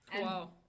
Wow